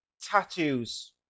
Tattoos